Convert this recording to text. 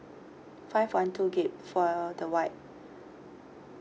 five one two gigabyte for the white